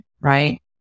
right